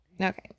Okay